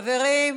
חברים,